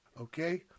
Okay